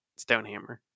Stonehammer